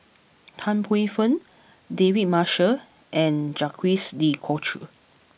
Tan Paey Fern David Marshall and Jacques De Coutre